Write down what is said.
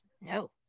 No